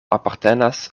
apartenas